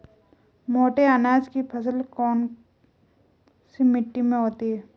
मोटे अनाज की फसल कौन सी मिट्टी में होती है?